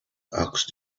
asked